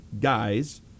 guys